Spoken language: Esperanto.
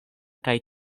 kaj